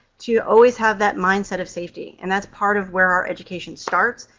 to always have that mind-set of safety, and that's part of where our education starts,